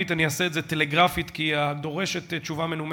זה קרה גם לגבי המועמד שהחליף אותו וגם לגבי המועמד שבא אחריו,